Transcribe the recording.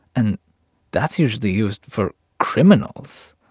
and that's usually used for criminals.